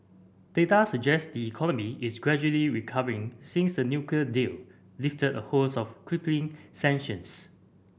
data suggest the economy is gradually recovering since the nuclear deal lifted a host of crippling sanctions